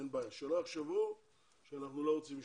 אין בעיה, שלא יחשבו שאנחנו לא רוצים לשמוע.